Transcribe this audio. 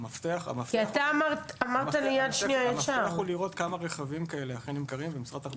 המפתח הוא לראות במשרד התחבורה כמה רכבים כאלה אכן נמכרים כ"יד שנייה".